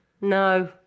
No